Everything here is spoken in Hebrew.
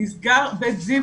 נסגר 'בית זיו',